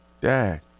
Dad